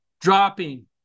dropping